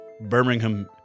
Birmingham